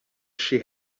she